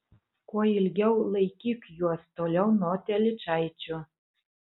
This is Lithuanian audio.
kuo ilgiau laikyk juos toliau nuo telyčaičių